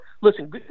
listen